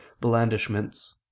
blandishments